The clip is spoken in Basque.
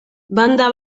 banda